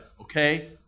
okay